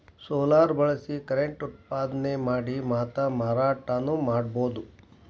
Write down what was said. solar ಬಳಸಿ current ಉತ್ಪಾದನೆ ಮಾಡಿ ಮಾತಾ ಮಾರಾಟಾನು ಮಾಡುದು